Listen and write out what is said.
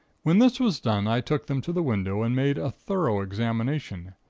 when this was done i took them to the window and made a thorough examination,